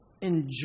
enjoy